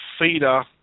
feeder